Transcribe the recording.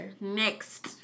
next